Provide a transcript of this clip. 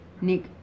Nick